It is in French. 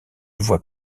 voie